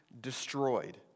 destroyed